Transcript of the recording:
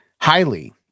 highly